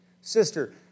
sister